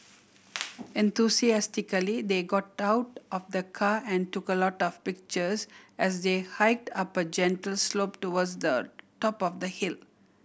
enthusiastically they got out of the car and took a lot of pictures as they hike up a gentle slope towards the top of the hill